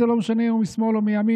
זה לא משנה אם הוא משמאל או מימין,